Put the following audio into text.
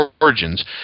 origins